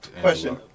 Question